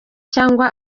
cyangwa